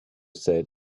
said